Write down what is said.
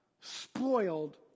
spoiled